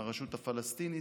מהרשות הפלסטינית.